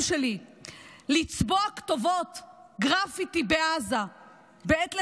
שלי לצבוע כתובות גרפיטי בעזה בעת לחימה,